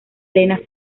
elena